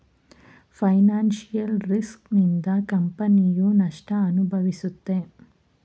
financial risk ನಿಂದ ಕಂಪನಿಯು ನಷ್ಟ ಅನುಭವಿಸುತ್ತೆ